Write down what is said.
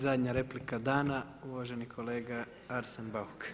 I zadnja replika dana, uvaženi kolega Arsen Bauk.